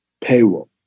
payroll